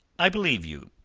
i believe you.